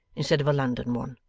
instead of a london one.